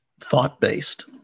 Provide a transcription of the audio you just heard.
thought-based